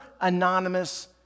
anonymous